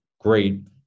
great